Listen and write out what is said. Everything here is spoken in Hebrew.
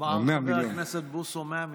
אמר חבר הכנסת בוסו: 100 מיליון.